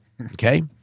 Okay